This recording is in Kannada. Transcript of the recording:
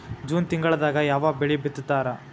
ಜೂನ್ ತಿಂಗಳದಾಗ ಯಾವ ಬೆಳಿ ಬಿತ್ತತಾರ?